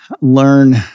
learn